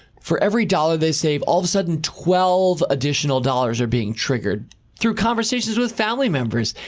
for every dollar they save, all of a sudden twelve additional dollars are being triggered through conversations with family members.